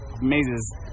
Mazes